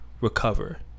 recover